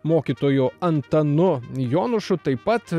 mokytoju antanu jonušu taip pat